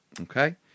Okay